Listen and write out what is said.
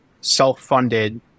self-funded